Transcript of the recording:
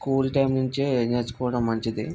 school time నుంచి నేర్చుకోవడం మంచిది